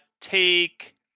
Take